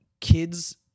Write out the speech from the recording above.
kids